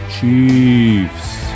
Chiefs